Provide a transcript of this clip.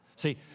See